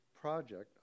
project